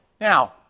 Now